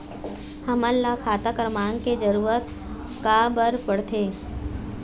हमन ला खाता क्रमांक के जरूरत का बर पड़थे?